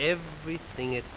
everything it